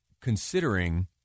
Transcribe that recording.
considering